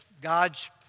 god's